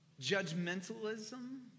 judgmentalism